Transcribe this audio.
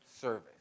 service